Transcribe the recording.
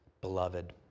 beloved